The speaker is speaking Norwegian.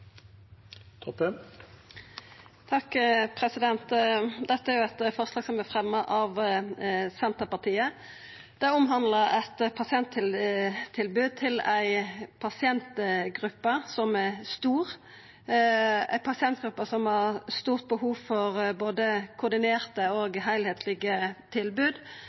av Senterpartiet. Det omhandlar eit pasienttilbod til ei pasientgruppe som er stor, som har stort behov for både koordinerte og